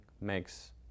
makes